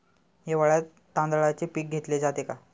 हिवाळ्यात तांदळाचे पीक घेतले जाते का?